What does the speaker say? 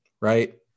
right